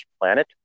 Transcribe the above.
planet